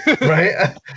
Right